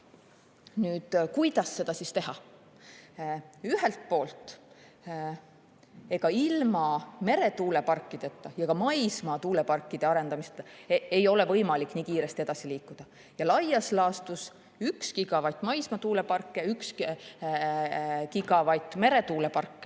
allikatest. Kuidas seda siis teha? Ühelt poolt, ega ilma meretuuleparkide ja ka maismaa tuuleparkide arendamiseta ei ole võimalik nii kiiresti edasi liikuda. Laias laastus 1 gigavatt maismaa tuuleparke ja 1 gigavatt meretuuleparke,